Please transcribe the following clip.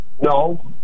No